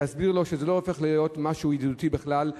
שיסביר לו שזה לא הופך להיות משהו ידידותי בכלל,